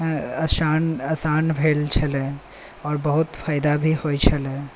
आसान भेल छलै आओर बहुत फायदा भी होइ छलै